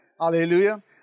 Hallelujah